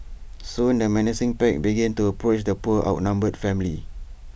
soon the menacing pack began to approach the poor outnumbered family